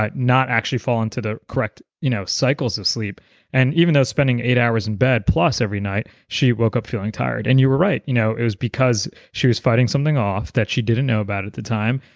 not actually fall into the correct you know cycles of sleep and even though spending eight hours in bed plus every night, she woke up feeling tired. and you were right, you know it was because she was fighting something off that she didn't know about at the time.